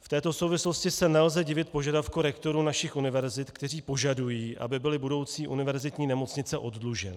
V této souvislosti se nelze divit požadavku rektorů našich univerzit, kteří požadují, aby byly budoucí univerzitní nemocnice oddluženy.